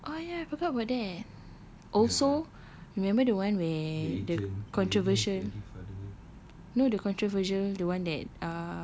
oh ya I forgot about that also remember the one where the controversial no the controversial the one that